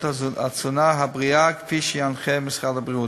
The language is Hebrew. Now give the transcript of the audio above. התזונה הבריאה כפי שינחה משרד הבריאות.